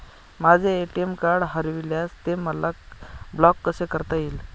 माझे ATM card हरविल्यास ते मला ब्लॉक कसे करता येईल?